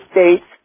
States